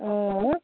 অঁ